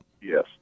Yes